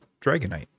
Dragonite